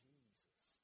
Jesus